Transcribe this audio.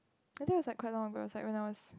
I think was like quite long ago was like when I was